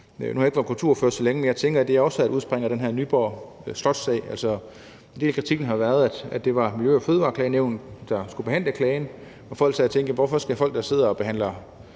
Nu har jeg ikke været kulturordfører så længe, men jeg tænker, at det udspringer af den her Nyborg Slot-sag, hvor en del af kritikken også har gået på, at det var Miljø- og Fødevareklagenævnet, der skulle behandle klagen, for hvorfor skal folk, der sidder og behandler